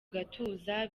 gatuza